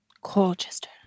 Colchester